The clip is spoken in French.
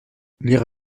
lire